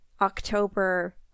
October